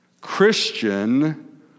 Christian